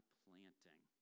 planting